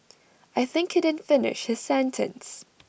I think he didn't finish his sentence